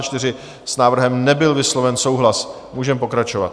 S návrhem nebyl vysloven souhlas, můžeme pokračovat.